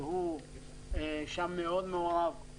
שהוא מעורב מאוד שם,